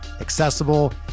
accessible